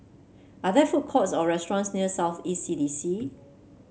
are there food courts or restaurants near South East C D C